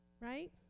right